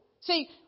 See